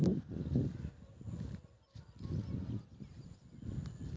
कीमत घटै पर अहां स्टॉक खरीद सकै छी आ लाभ कमा सकै छी